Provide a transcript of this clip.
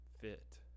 fit